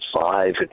five